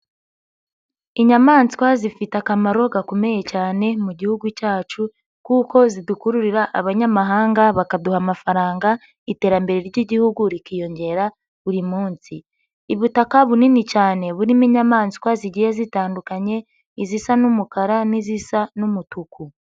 Inyamaswa zifite akamaro gakomeye cyane mu gihugu cyacu kuko zidukururira abanyamahanga bakaduha amafaranga iterambere ry'igihugu rikiyongera buri munsi. Ubutaka bunini cyane burimo inyamaswa zigiye zitandukanye izisa n'umukara n'izisa n'umutuku.